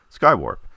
Skywarp